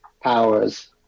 powers